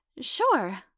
Sure